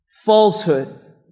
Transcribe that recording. falsehood